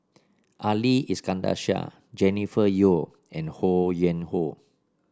Ali Iskandar Shah Jennifer Yeo and Ho Yuen Hoe